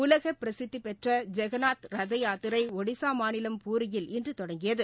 உலக பிரசித்திப்பெற்ற ஜெகநாத் ரத யாத்திரை ஒடிஸா மாநிலம் பூரியில் இன்று தொடங்கியது